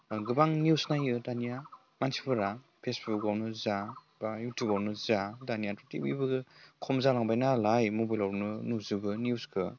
गोबां निउस नायो दानिया मानसिफोरा फेसबुकावनो जा बा इउटुबावनो जा दानियाथ' टिभियाबो खम जालांबाय नालाय मबाइलआवनो नुजोबो निउसखो